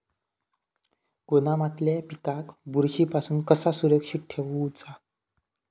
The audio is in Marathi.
गोदामातल्या पिकाक बुरशी पासून कसा सुरक्षित ठेऊचा?